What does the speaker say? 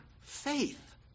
faith